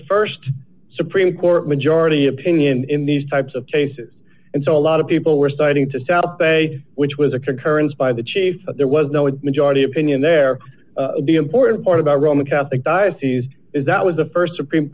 the st supreme court majority opinion in these types of cases and so a lot of people were citing to south bay which was a concurrence by the chief there was no majority opinion there the important part about roman catholic diocese is that was the st supreme